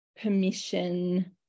permission